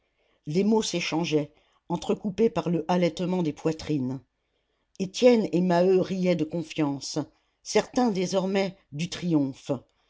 des mots s'échangeaient entrecoupés par le halètement des poitrines étienne et maheu riaient de confiance certains désormais du triomphe